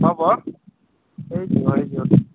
ହେବ ଏଇଠି ରହିଯିବ